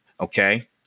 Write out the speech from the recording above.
Okay